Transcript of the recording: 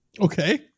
Okay